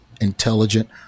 intelligent